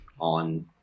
on